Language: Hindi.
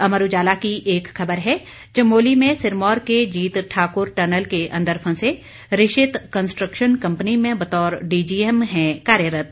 अमर उजाला की एक खबर है चमोली में सिरमौर के जीत ठाकुर टनल के अंदर फंसे ऋषित कंस्ट्रक्शन कंपनी में बतौर डीजीएम हैं कार्यरत